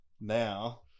now